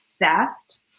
theft